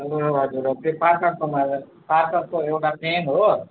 ए हजुर हजुर त्यो पार्करकोमा पार्करको एउटा पेन हो